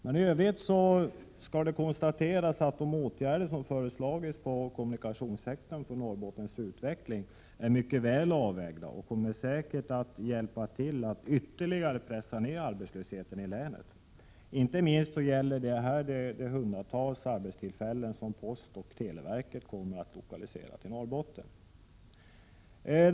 Jag vill emellertid konstatera att de åtgärder som har föreslagits på kommunikationssektorn för Norrbottens utveckling är mycket väl avvägda och säkert kommer att hjälpa till att ytterligare pressa ner arbetslösheten i länet. Inte minst gäller det de hundratals arbetstillfällen som posten och televerket kommer att lokalisera till Norrbotten.